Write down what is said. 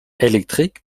électrique